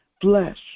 flesh